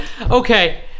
okay